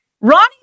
Ronnie